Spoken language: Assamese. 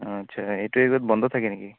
আচ্ছা এইটো ৱিকত বন্ধ থাকে নেকি